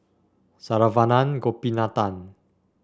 Saravanan Gopinathan